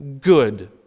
good